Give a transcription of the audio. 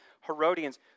Herodians